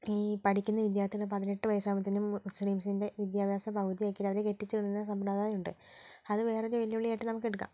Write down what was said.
ഈ പഠിക്കുന്ന വിദ്യാർത്ഥികൾ പതിനെട്ട് വയസ്സ് ആകുമ്പോളേക്കും മുസ്ലിംസിൻ്റെ വിദ്യാഭ്യാസം പകുതി ആക്കിയിട്ട് അവരെ കെട്ടിച്ച് വിടുന്ന സമ്പ്രദായം ഉണ്ട് അത് വേറൊരു വെല്ലുവിളിയായിട്ട് നമുക്ക് എടുക്കാം